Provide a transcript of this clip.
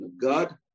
God